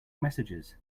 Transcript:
messages